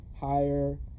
higher